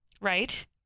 Right